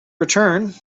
return